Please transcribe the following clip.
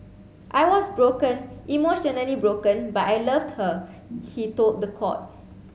I was broken emotionally broken but I loved her he told court